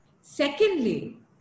Secondly